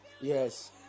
Yes